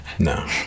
No